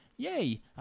Yay